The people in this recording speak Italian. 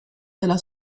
della